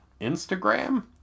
Instagram